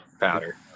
powder